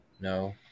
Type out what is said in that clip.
No